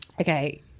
Okay